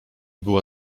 była